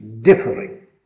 differing